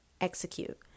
execute